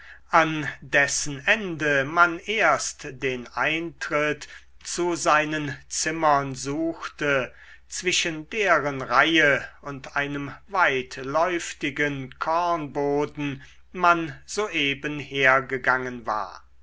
an dessen ende man erst den eintritt zu seinen zimmern suchte zwischen deren reihe und einem weitläuftigen kornboden man soeben hergegangen war